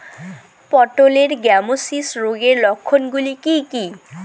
পটলের গ্যামোসিস রোগের লক্ষণগুলি কী কী?